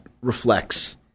reflects